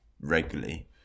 regularly